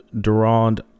Durand